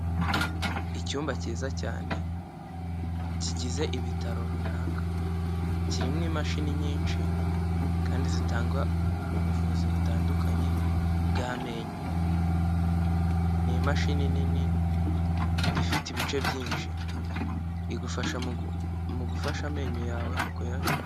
Icyumba cyiza cyane kigize ibitaro runaka kirimo imashini nyinshi kandi zitanga ubuvuzi butandukanye bwamenyo, ni imashini nini ifite ibice byinshi igufasha mugufasha amenyo yawe.